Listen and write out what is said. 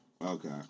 Okay